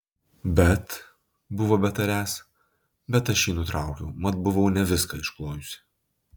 bet buvo betariąs bet aš jį nutraukiau mat buvau ne viską išklojusi